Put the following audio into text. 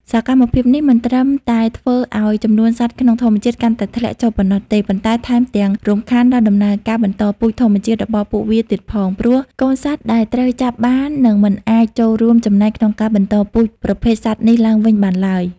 សកម្មភាពនេះមិនត្រឹមតែធ្វើឲ្យ ចំនួនសត្វក្នុងធម្មជាតិកាន់តែធ្លាក់ចុះប៉ុណ្ណោះទេ ប៉ុន្តែថែមទាំងរំខានដល់ដំណើរការបន្តពូជ ធម្មជាតិរបស់ពួកវាទៀតផង ព្រោះកូនសត្វដែលត្រូវចាប់បាននឹងមិនអាចចូលរួមចំណែកក្នុងការបន្តពូជប្រភេទសត្វនេះឡើងវិញបានឡើយ។